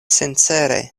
sincere